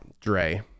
Dre